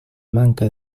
manca